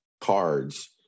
cards